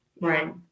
Right